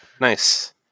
nice